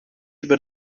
über